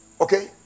okay